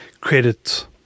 credit